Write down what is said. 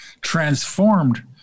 transformed